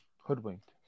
Hoodwinked